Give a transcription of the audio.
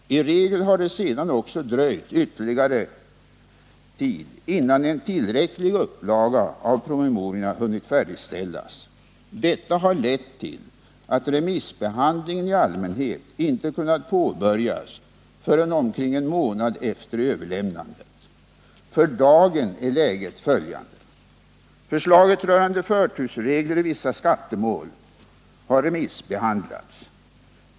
I regel har det sedan också dröjt ytterligare en tid innan en tillräcklig upplaga av promemoriorna hunnit färdigställas. Detta har lett till att remissbehandlingen i allmänhet inte kunnat påbörjas förrän omkring en månad efter överlämnandet. För dagen är läget följande: Förslaget rörande förtursregler i vissa skattemål har remissbehandlats.